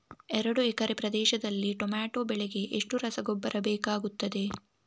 ಎರಡು ಎಕರೆ ಪ್ರದೇಶದಲ್ಲಿ ಟೊಮ್ಯಾಟೊ ಬೆಳೆಗೆ ಎಷ್ಟು ರಸಗೊಬ್ಬರ ಬೇಕಾಗುತ್ತದೆ?